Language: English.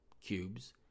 cubes